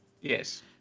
Yes